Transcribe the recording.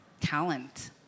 talent